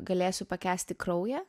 galėsiu pakęsti kraują